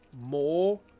more